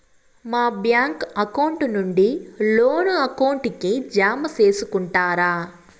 మా bank account నుండి loan account కి జామ సేసుకుంటారా?